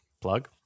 plug